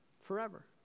forever